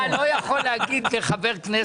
אתה לא יכול להגיד לחבר כנסת להיות סבלני.